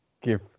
give